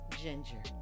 ginger